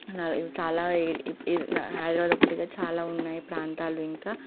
చాలా హైదరాబాదు ఒకటే కాదు చాలా ఉన్నాయి ప్రాంతాలు ఇంకా